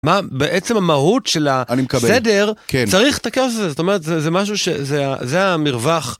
בעצם המהות של הסדר, צריך את הכאוס הזה, זאת אומרת, זה המרווח.